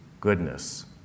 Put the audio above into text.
goodness